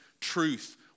truth